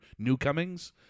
Newcomings